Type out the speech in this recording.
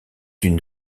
une